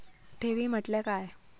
ठेवी म्हटल्या काय?